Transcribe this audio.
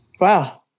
Wow